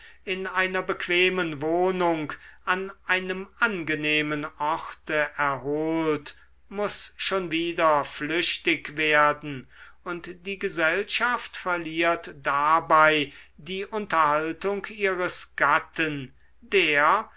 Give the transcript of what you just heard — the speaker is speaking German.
in einer bequemen wohnung an einem angenehmen orte erholt muß schon wieder flüchtig werden und die gesellschaft verliert dabei die unterhaltung ihres gatten der